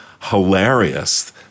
hilarious